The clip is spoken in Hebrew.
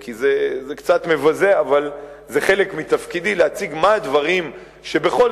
זה קצת מבזה אבל זה חלק מתפקידי להציג מה הדברים שבכל